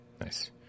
Nice